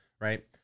right